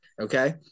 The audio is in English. okay